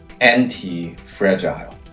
anti-fragile